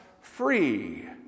free